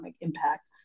impact